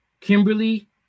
Kimberly